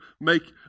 make